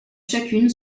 chacune